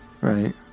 Right